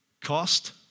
cost